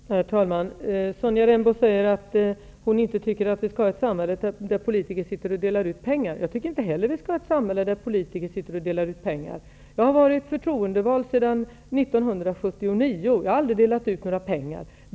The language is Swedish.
Herr talman! Sonja Rembo säger att hon inte tycker att vi skall ha ett samhälle där politiker sitter och delar ut pengar. Jag tycker inte heller att vi skall ha ett samhälle där politiker sitter och delar ut pengar. Jag har varit förtroendevald sedan 1979. Jag har aldrig delat ut några pengar.